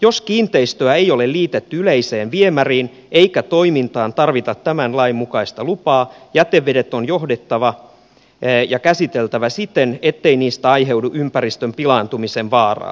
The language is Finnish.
jos kiinteistöä ei ole liitetty yleiseen viemäriin eikä toimintaan tarvita tämän lain mukaista lupaa jätevedet on johdettava ja käsiteltävä siten ettei niistä aiheudu ympäristön pilaantumiseen vaaraa